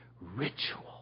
ritual